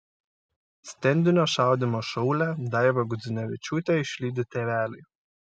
stendinio šaudymo šaulę daivą gudzinevičiūtę išlydi tėveliai